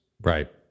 Right